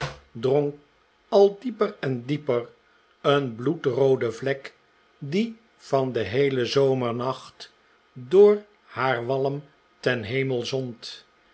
drong al dieper en dieper een donkerroode vlek die den heelen zomernacht door haar walm ten hemel zond